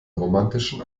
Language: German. romantischen